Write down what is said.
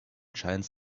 shines